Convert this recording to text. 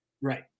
Right